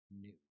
new